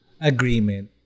agreement